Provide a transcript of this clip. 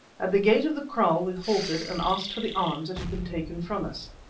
at the gate of the kraal we halted and asked for the arms that had been taken from us.